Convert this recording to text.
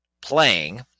playing